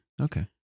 Okay